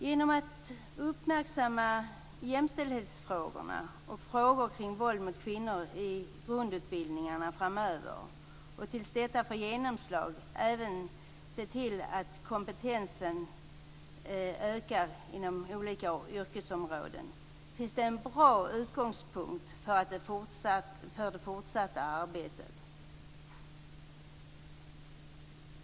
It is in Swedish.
Genom att uppmärksamma jämställdhetsfrågorna och frågor kring våld mot kvinnor i grundutbildningar framöver och se till att kompetensen ökar inom olika yrkesområden får man en bra utgångspunkt för det fortsatta arbetet.